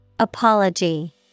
Apology